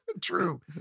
True